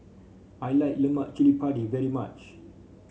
I like Lemak Cili Padi very much